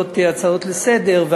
לסדר-היום.